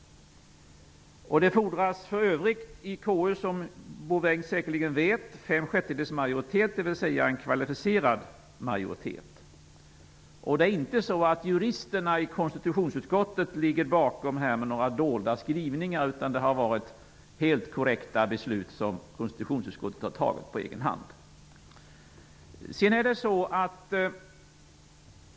Det fordras för övrigt i KU, vilket John Bouvin säkerligen vet, fem sjättedels majoritet, dvs. en kvalificerad majoritet. Det är inte så att juristerna i konstitutionsutskottet ligger bakom detta med några dolda skrivningar, utan konstitutionsutskottet har fattat helt korrekta beslut på egen hand.